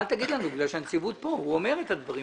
אל תגיד לנו כי הנציבות כאן והוא אומר את הדברים.